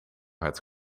het